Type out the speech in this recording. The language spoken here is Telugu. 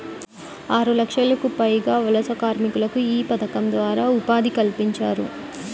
ఆరులక్షలకు పైగా వలస కార్మికులకు యీ పథకం ద్వారా ఉపాధి కల్పించారు